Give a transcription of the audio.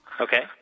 Okay